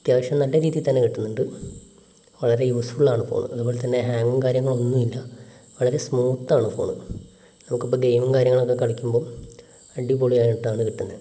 അത്യാവശ്യം നല്ല രീതിയിൽ തന്നെ കിട്ടുന്നുണ്ട് വളരെ യൂസ്ഫുൾ ആണ് ഫോണ് അതുപോലെതന്നെ ഹാങ്ങും കാര്യങ്ങളും ഒന്നുമില്ല വളരെ സ്മൂത്താണ് ഫോണ് നമുക്കിപ്പോൾ ഗെയിമും കാര്യങ്ങളൊക്കെ കളിക്കുമ്പം അടിപൊളിയായിട്ടാണ് കിട്ടുന്നത്